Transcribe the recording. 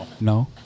No